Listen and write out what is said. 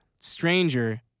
Stranger